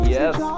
Yes